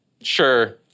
sure